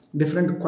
different